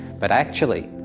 but, actually,